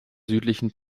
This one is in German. südlichen